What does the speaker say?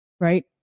right